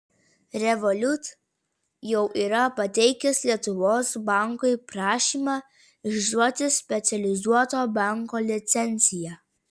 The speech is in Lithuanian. revolut jau yra pateikęs lietuvos bankui prašymą išduoti specializuoto banko licenciją